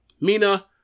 Mina